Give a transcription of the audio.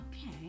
Okay